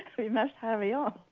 we must hurry on.